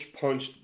punched